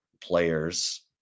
players